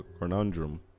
conundrum